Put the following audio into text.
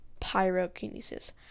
pyrokinesis